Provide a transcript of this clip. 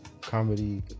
comedy